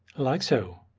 like so.